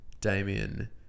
Damien